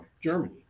Germany